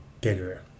bigger